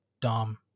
Dom